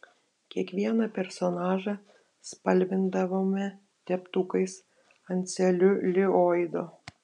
kiekvieną personažą spalvindavome teptukais ant celiulioido